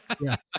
Yes